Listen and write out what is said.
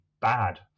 bad